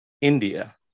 India